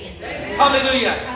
Hallelujah